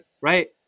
Right